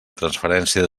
transferència